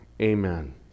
Amen